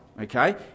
Okay